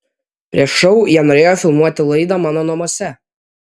prieš šou jie norėjo filmuoti laidą mano namuose